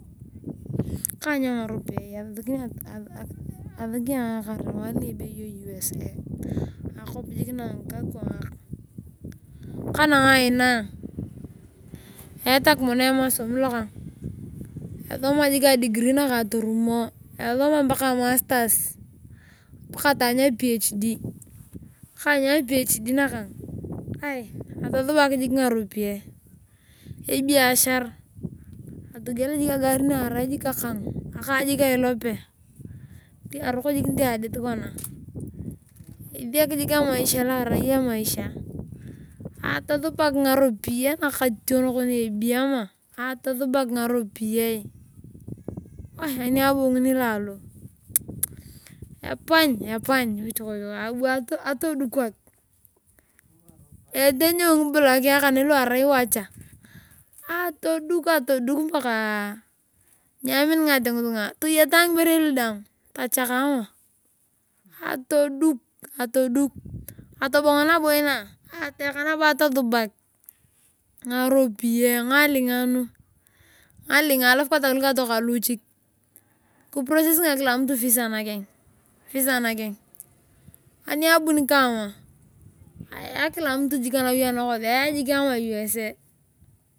Kaany ayong ngaropiyae asaki ayong ayakara usa akop jik ja ngikakwangak kanang ayong inaa eyatak mono emosom lokana esoma jik adegree nakana atorumo esoma mpaka masters paka ataany a phd kaany a phd nakana atosubak jik ngaropiyae ebiashar atogiel jik agar na arai jik akana ailope nitiaroko jik adit kona esiak jik emaisha atusabak ngaropiyae nakationok ne ebii ama an abonguni lalo epany abu atodukok etonyon ngiblokea kana lu arai washa atudokuk paka niaminingata ngitunga atoyata ngiberei daang atacha ama atoduk atobongo nabo inaa ataeka nabo atosubak ngaropiyae ngalinga nu alf nabo takokatokany luchik kiprocess kila mtu visa nakena ani abuni kama aya kila mtu jiik anawi anakosi avaa jiik usa.